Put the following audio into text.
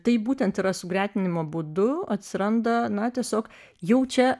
tai būtent yra sugretinimo būdu atsiranda na tiesiog jaučia